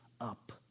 up